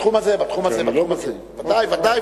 בתחום הזה, בתחום הזה, בוודאי.